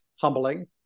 humbling